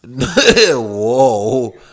Whoa